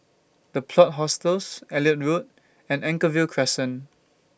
The Plot Hostels Elliot Road and Anchorvale Crescent